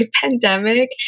pandemic